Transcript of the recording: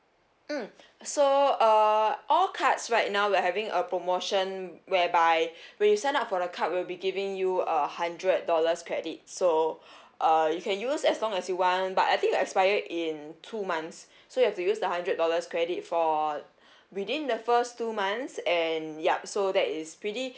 mm so uh all cards right now we're having a promotion whereby when you sign up for the card we'll be giving you a hundred dollars credit so uh you can use as long as you want but I think will expire in two months so you have to use the hundred dollars credit for within the first two months and yup so that is pretty